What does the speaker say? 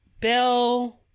Bill